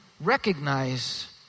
recognize